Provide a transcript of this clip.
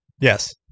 Yes